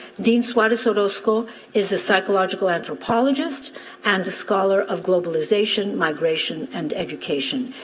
dean suarez-orozco is a psychological anthropologist and a scholar of globalization, migration, and education.